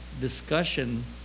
discussion